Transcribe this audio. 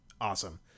awesome